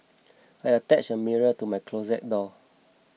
I attached a mirror to my closet door